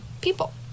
people